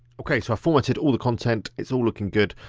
okay, so i formatted all the content. it's all looking good.